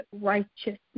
righteousness